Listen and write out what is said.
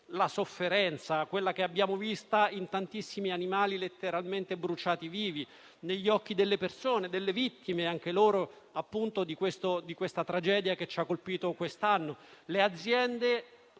la sofferenza che abbiamo visto in tantissimi animali, letteralmente bruciati vivi, negli occhi delle persone, vittime, anche loro, della tragedia che ci ha colpito quest'anno,